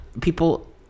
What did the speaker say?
People